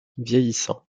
vieillissant